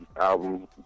album